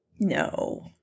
No